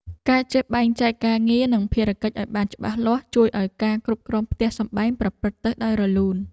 ការចេះបែងចែកការងារ និងភារកិច្ចឱ្យបានច្បាស់លាស់ជួយឱ្យការគ្រប់គ្រងផ្ទះសម្បែងប្រព្រឹត្តទៅដោយរលូន។